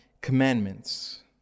commandments